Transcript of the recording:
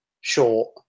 short